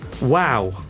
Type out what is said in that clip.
wow